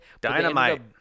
dynamite